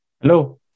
Hello